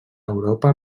europa